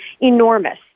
enormous